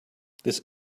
this